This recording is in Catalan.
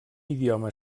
idioma